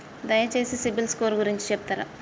దయచేసి సిబిల్ స్కోర్ గురించి చెప్తరా?